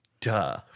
Duh